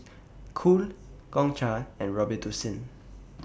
Cool Gongcha and Robitussin